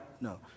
No